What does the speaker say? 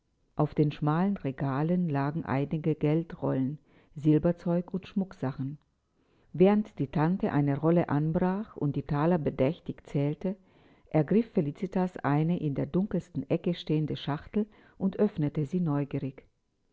auf den schmalen regalen lagen einige geldrollen silberzeug und schmucksachen während die tante eine rolle anbrach und die thaler bedächtig zählte ergriff felicitas eine in der dunkelsten ecke stehende schachtel und öffnete sie neugierig